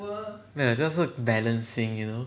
没有这个是 balancing you know